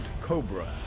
Cobra